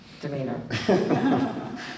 demeanor